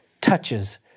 touches